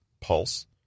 pulse